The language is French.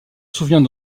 souvient